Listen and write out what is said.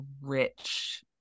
rich